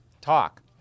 talk